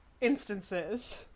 instances